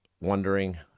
wondering